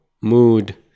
mood